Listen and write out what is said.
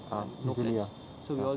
ah easily ah ah